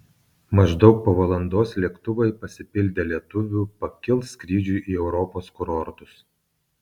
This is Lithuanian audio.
maždaug po valandos lėktuvai pasipildę lietuvių pakils skrydžiui į europos kurortus